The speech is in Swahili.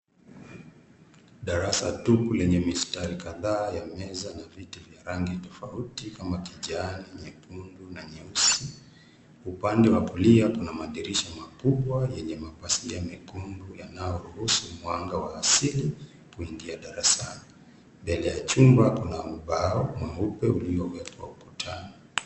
Darasa tupu lenye mistari kadhaa ya meza na viti vya rangi tofauti kama kijani, nyekundu na nyeusi. Upande wa kulia kuna madirisha makubwa yenye mapazia mekundu yanayoruhusu mwanga wa asili kuingia darasani. Mbele ya chumba kuna ubao mweupe uliowekwa ukutani.